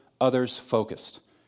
others-focused